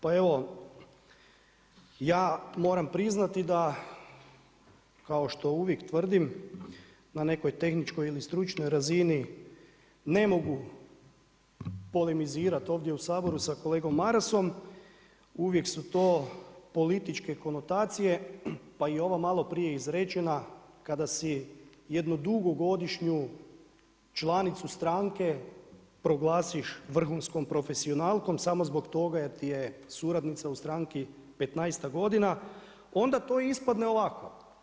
Pa evo, ja moram priznati da kao što uvijek tvrdim, na nekoj tehničkoj ili stručnoj razini, ne mogu polemizirati ovdje u Saboru sa kolegom Marasom, uvijek su to političke konotacije pa i ova maloprije izrečena kada si jednu dugogodišnju članicu stranke proglasiš vrhunskom profesionalkom samo zbog toga jer ti je suradnica u stranci petnaestak godina, onda to ispadne ovako.